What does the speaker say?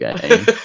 game